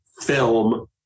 film